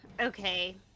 Okay